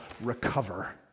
recover